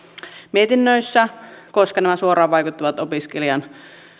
mietinnöissä koska nämä suoraan vaikuttavat opiskelijan